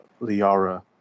Liara